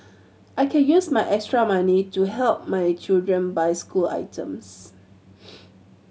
I can use my extra money to help my children buy school items